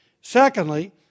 Secondly